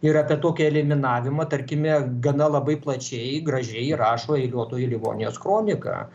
ir apie tokį eliminavimą tarkime gana labai plačiai gražiai rašo eiliuotoji livonijos kronika